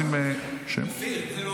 רוצים שמית?